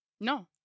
No